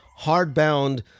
hardbound